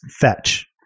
Fetch